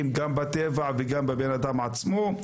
שנגרמות הן בטבע והן באדם עצמו.